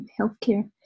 healthcare